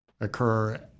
occur